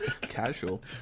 Casual